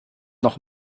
noch